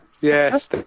yes